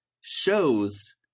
shows